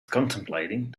contemplating